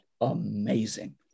amazing